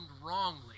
wrongly